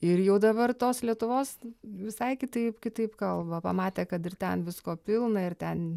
ir jau dabar tos lietuvos visai kitaip kitaip kalba pamatė kad ir ten visko pilna ir ten